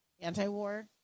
Anti-war